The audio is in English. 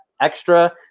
extra